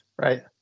Right